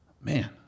Man